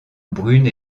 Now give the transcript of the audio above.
brune